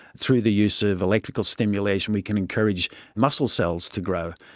through the use of electrical stimulation we can encourage muscle cells to grow.